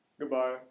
Goodbye